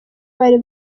bari